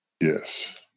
Yes